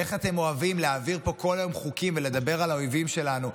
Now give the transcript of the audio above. איך אתם אוהבים להעביר פה כל היום חוקים ולדבר על האויבים שלנו.